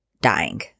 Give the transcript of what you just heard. dying